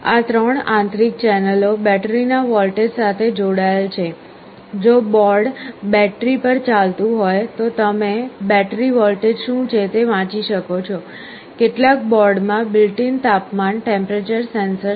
આ 3 આંતરિક ચેનલો બેટરીના વોલ્ટેજ સાથે જોડાયેલ છે જો બોર્ડ બેટરી પર ચાલતું હોય તો તમે બેટરી વોલ્ટેજ શું છે તે વાંચી શકો છો કેટલાક બોર્ડમાં બિલ્ટ ઇન તાપમાન ટેમ્પરેચર સેન્સર છે